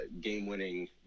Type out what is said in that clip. game-winning